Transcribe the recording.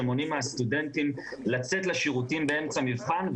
שמונעים מהסטודנטים לצאת לשירותים באמצע מבחן,